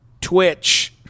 Twitch